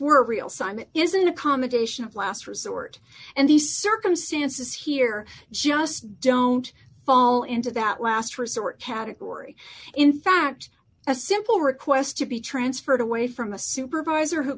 were a real sign is an accommodation of last resort and the circumstances here just don't fall into that last resort category in fact a simple request to be transferred away from a supervisor who